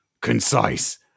concise